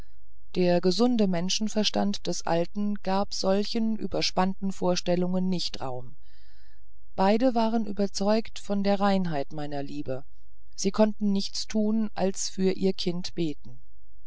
der gesunde menschenverstand des alten gab solchen überspannten vorstellungen nicht raum beide waren überzeugt von der reinheit meiner liebe sie konnten nichts tun als für ihr kind beten